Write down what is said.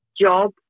job